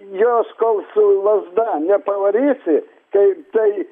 juos kals su lazda nepavarysi tai tai